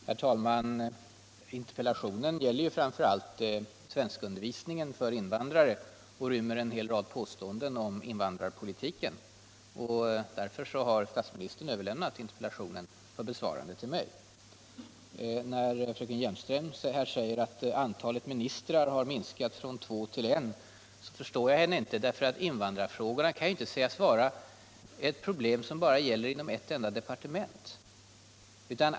Herr talman! Interpellationen gäller ju framför allt svenskundervisningen för invandrare, och den rymmer en hel rad påståenden om invandrarpolitiken. Därför har statsministern överlämnat interpellationen till mig för besvarande. När Eva Hjelmström säger att antalet ministrar har minskat från två till en, förstår jag henne inte. Invandrarfrågorna kan ju inte sägas vara ett problem som ligger under ett enda departement.